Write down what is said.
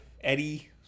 Eddie